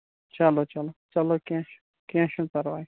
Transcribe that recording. چلو چلو چلو کیٚنٛہہ چھُنہٕ کیٚنٛہہ چھُنہٕ پَرواے